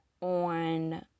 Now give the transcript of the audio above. on